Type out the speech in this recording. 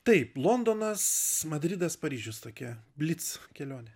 taip londonas madridas paryžius tokia blic kelionė